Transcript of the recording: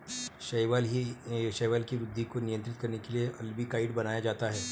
शैवाल की वृद्धि को नियंत्रित करने के लिए अल्बिकाइड बनाया जाता है